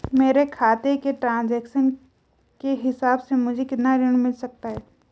मेरे खाते के ट्रान्ज़ैक्शन के हिसाब से मुझे कितना ऋण मिल सकता है?